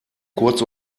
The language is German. kurz